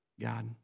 God